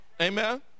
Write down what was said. Amen